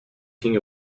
king